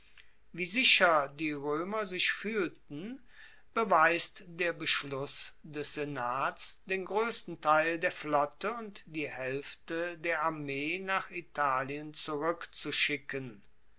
wie sicher die roemer sich fuehlten beweist der beschluss des senats den groessten teil der flotte und die haelfte der armee nach italien zurueckzuschicken